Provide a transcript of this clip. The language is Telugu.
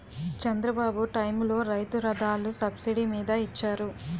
చంద్రబాబు టైములో రైతు రథాలు సబ్సిడీ మీద ఇచ్చారు